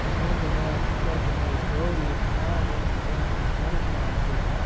then the man spread the most odious calumnies against his benefactor,